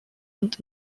und